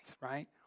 right